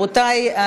רבותי,